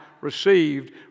received